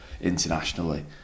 internationally